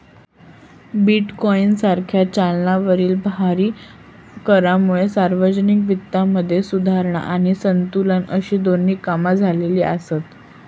bitcoin सारख्या चलनावरील भारी करांमुळे सार्वजनिक वित्तामध्ये सुधारणा आणि संतुलन अशी दोन्ही कामा झालेली आसत